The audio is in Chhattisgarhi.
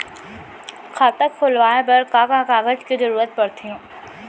खाता खोलवाये बर का का कागज के जरूरत पड़थे?